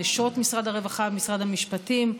נשות משרד הרווחה ומשרד המשפטים,